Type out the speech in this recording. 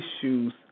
issues